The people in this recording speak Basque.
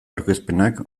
aurkezpenak